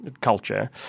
culture